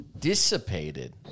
dissipated